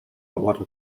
water